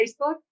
Facebook